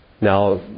now